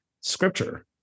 scripture